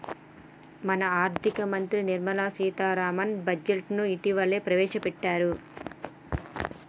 మన ఆర్థిక మంత్రి నిర్మల సీతారామన్ బడ్జెట్ను ఇటీవలనే ప్రవేశపెట్టారు